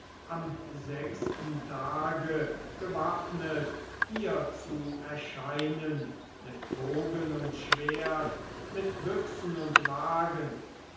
am sechsten tage gewaffnet hier zu erscheinen mit bogen und schwert mit büchsen und wagen